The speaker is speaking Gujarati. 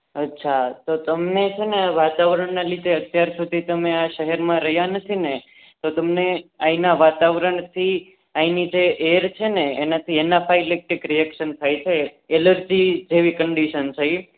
અચ્છા તો તમને છે ને વાતાવરણનાં લીધે અત્યાર સુધી તમે આ શહેરમાં રહ્યા નથી ને તો તમને અહીંનાં વાતાવરણથી અહીંની જે એર છે ને એનાથી એનાફાઇલેક્ટિક રીએક્સન થાય છે એલર્જી જેવી કંડિક્સન છે એ